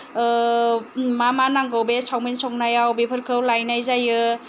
मा मा नांगौ बे सावमिन संनायाव बेफोरखौ लायनाय जायो